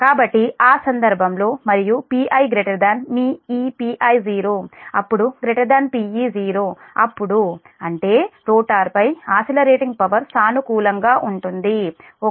కాబట్టి ఆ సందర్భంలో మరియు Pi మీ ఈ Pi0 అప్పుడుPe0 అప్పుడు అంటే రోటర్పై ఆసిల రేటింగ్ పవర్ సానుకూలంగా ఉంటుంది ఓకే